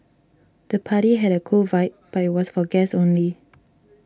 the party had a cool vibe but was for guests only